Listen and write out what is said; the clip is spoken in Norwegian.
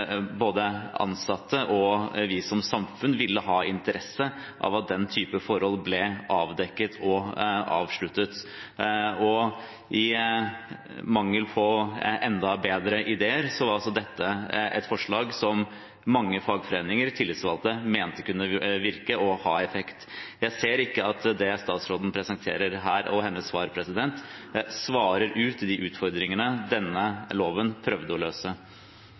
den type forhold ble avdekket og avsluttet. I mangel på enda bedre ideer var dette et forslag som mange fagforeninger og tillitsvalgte mente kunne virke og ha effekt. Jeg ser ikke at det statsråden presenterer her og hennes svar, svarer til de utfordringer som denne loven prøvde å løse.